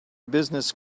business